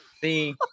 See